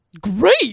Great